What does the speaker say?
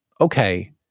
okay